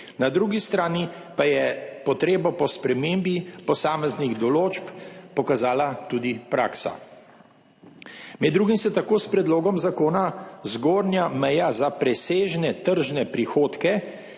Na drugi strani pa je potrebo po spremembi posameznih določb pokazala tudi praksa. Med drugim se tako s predlogom zakona zgornja meja za presežne tržne prihodke